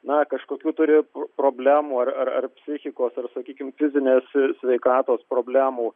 na kažkokių turi problemų ar ar psichikos ar sakykim fizinės sveikatos problemų